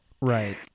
Right